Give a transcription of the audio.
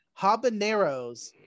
habaneros